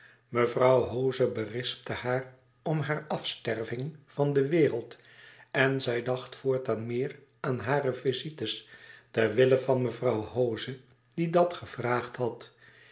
mevrouw hoze berispte haar om hare afsterving van de wereld en zij dacht voortaan meer aan hare visites ter wille van mevrouw hoze die dat gevraagd had